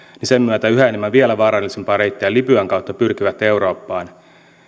sen myötä yhä enemmän vielä vaarallisempaa reittiä libyan kautta pyrkivät eurooppaan